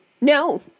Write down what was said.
no